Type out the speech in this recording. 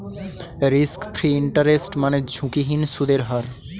risk free interest মানে ঝুঁকিহীন সুদের হার